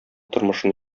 тормышын